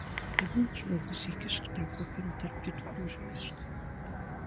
tai būk žmogus įkišk tą popierių tarp kitų ir užmiršk